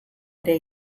ere